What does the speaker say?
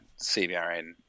CBRN